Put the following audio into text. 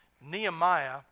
Nehemiah